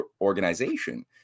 organization